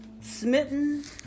smitten